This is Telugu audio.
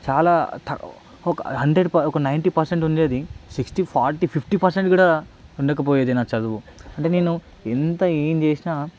చాలా త ఒక హండ్రెడ్ ఒక నైన్టీ పర్సెంట్ ఉండేది సిక్స్టీ ఫార్టీ ఫిఫ్టీ పర్సెంట్ కూడా ఉండకపోయేది నా చదువు అంటే నేను ఎంత ఏం చేసినా